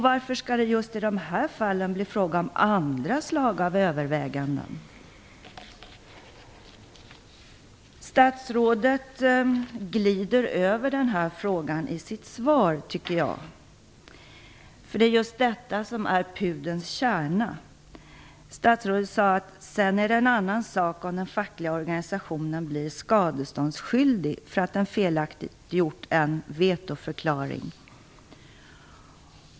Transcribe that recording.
Varför skall det just i dessa fall bli andra slag av överväganden? Statsrådet glider över den frågan i sitt svar. Det är just detta som är pudelns kärna. Statsrådet sade:"Sedan är det en annan sak om den fackliga organisationen blir skadeståndsskyldig för att den felaktigt gjort en vetoförklaring."